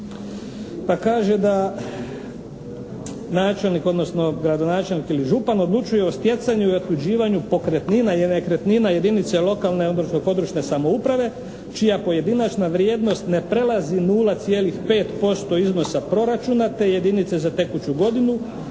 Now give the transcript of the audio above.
Pa kaže da načelnik, odnosno gradonačelnik ili župan odlučuju o stjecanju i …/Govornik se ne razumije./… pokretnina i nekretnina jedinice lokalne odnosno područne samouprave čija pojedinačna vrijednost ne prelazi 0,5% iznosa proračuna te jedinice za tekuću godinu,